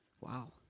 Wow